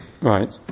Right